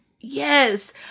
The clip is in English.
Yes